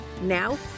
Now